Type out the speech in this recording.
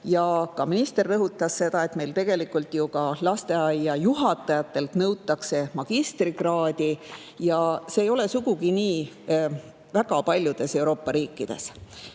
Ka minister rõhutas seda, et meil ju ka lasteaiajuhatajatelt nõutakse magistrikraadi, ja see ei ole väga paljudes Euroopa riikides